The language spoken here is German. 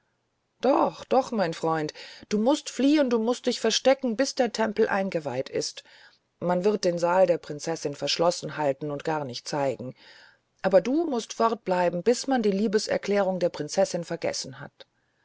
doch doch sagte sein freund du mußt fliehen du mußt dich verstecken bis der tempel eingeweiht ist man wird den saal der prinzessin verschlossen halten und garnicht zeigen aber du mußt fortbleiben bis man die liebeserklärung der prinzessin vergessen hat